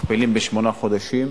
מכפילים בשמונה חודשים,